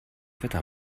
wetter